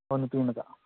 ꯍꯣꯏ ꯅꯨꯄꯤꯃꯆꯥ